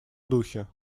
духе